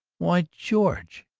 why, george,